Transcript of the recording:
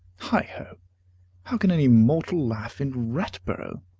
heigh-ho! how can any mortal laugh in ratborough!